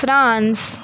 France